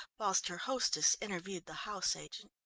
whilst her hostess interviewed the house agent.